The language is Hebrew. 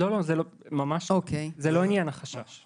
לא, זה ממש לא עניין של חשש.